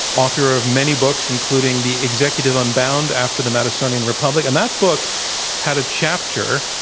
author of many books, including the executive unbound after the madisonian republic. and that book had a chapter,